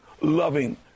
loving